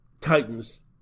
Titans